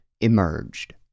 emerged